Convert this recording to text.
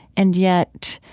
and yet,